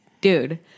Dude